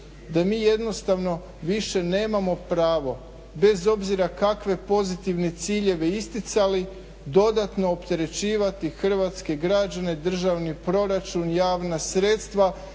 da mi jednostavno više nemamo pravo bez obzira kakve pozitivne ciljeve isticali dodatno opterećivati hrvatske građane državni proračun, javna sredstva